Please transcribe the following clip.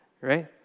right